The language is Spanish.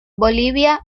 bolivia